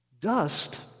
Dust